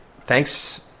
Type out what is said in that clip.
Thanks